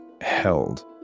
held